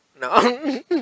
No